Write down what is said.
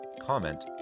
comment